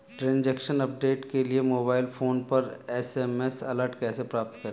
Transaction update के लिए mobile phone पर एस.एम.एस अलर्ट कैसे प्राप्त करें?